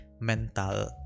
mental